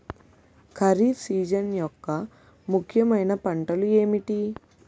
Kharif season యెక్క ముఖ్యమైన పంటలు ఏమిటీ?